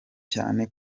cyane